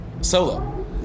solo